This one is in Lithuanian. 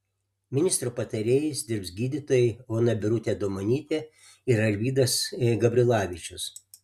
ministro patarėjais dirbs gydytojai ona birutė adomonytė ir arvydas gabrilavičius